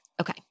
Okay